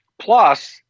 Plus